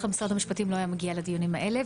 כלל משרד המשפטים לא היה מגיע לדיונים האלה,